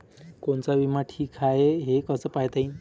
कोनचा बिमा ठीक हाय, हे कस पायता येईन?